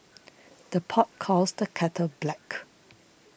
the pot calls the kettle black